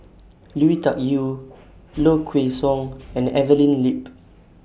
Lui Tuck Yew Low Kway Song and Evelyn Lip